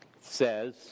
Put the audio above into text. says